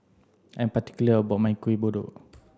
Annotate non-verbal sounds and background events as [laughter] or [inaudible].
I'm particular about my Kuih Kodok [noise]